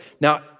Now